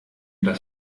das